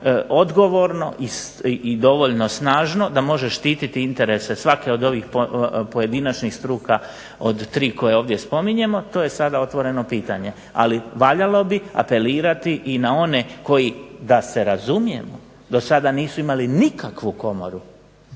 odgovorno i dovoljno snažno da može štititi interese svake od ovih pojedinačnih struka od tri koje ovdje spominjemo, to je sada otvoreno pitanje. Ali valjalo bi apelirati i na one koji da se razumijemo do sada nisu imali nikakvu komoru